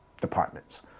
departments